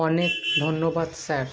অনেক ধন্যবাদ স্যার